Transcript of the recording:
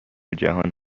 جهان